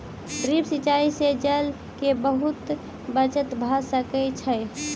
drip सिचाई से जल के बहुत बचत भ सकै छै